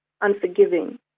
unforgiving